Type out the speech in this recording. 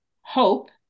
hope